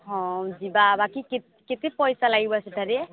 ହଁ ଯିବା ବାକି କେ କେତେ ପଇସା ଲାଗିବ ସେଠାରେ